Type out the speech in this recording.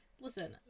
listen